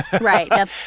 Right